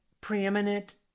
preeminent